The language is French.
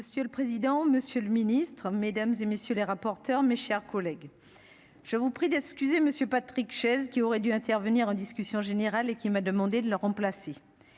Monsieur le président, Monsieur le Ministre, Mesdames et messieurs les rapporteurs, mes chers collègues, je vous prie d'excuser Monsieur Patrick Chaize, qui aurait dû intervenir en discussion générale et qui m'a demandé de le remplacer